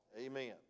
Amen